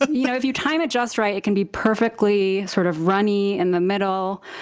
but you know, if you time it just right, it can be perfectly sort of runny in the middle.